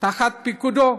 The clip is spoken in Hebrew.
תחת פיקודו.